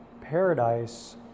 Paradise